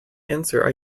answer